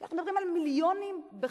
אנחנו מדברים על מיליונים בחודש,